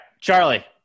Charlie